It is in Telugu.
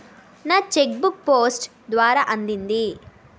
నా చెక్ బుక్ పోస్ట్ ద్వారా అందింది